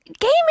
Gaming